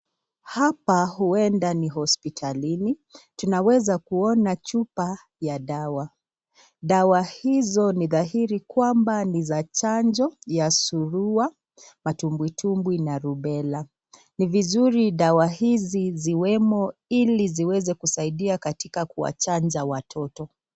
Hapa huenda ni hospitalini. Tunaweza kuona chupa ya dawa. Dawa hizo ni dhahiri kwamba ni za chanjo ya surua, matumbwitumbwi na rubela . Ni vizuri dawa hizi ziwemo ili ziweze kusadia katika kuwachanja watoto.